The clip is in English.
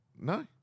No